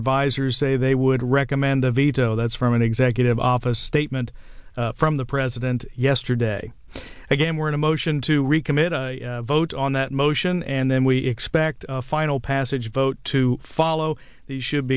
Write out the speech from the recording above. advisers say they would recommend a veto that's from an executive office statement from the president yesterday again we're in a motion to recommit a vote on that motion and then we expect a final passage vote to follow the should